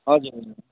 हजुर